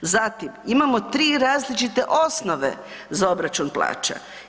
Zatim, imamo 3 različite osnove za obračun plaća.